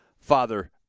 father